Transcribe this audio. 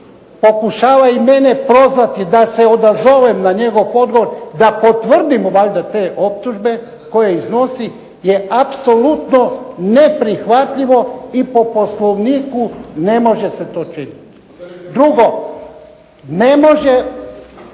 pokušava i mene prozvati da se odazovem na njegov odgovor da potvrdim valjda te optužbe koje iznosi, je apsolutno neprihvatljivo i po Poslovniku ne može se to činiti. Drugo, ne može